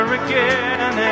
again